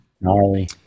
gnarly